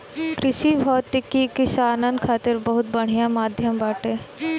कृषि भौतिकी किसानन खातिर बहुत बढ़िया माध्यम बाटे